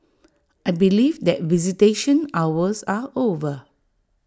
I believe that visitation hours are over